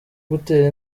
gutera